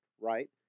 right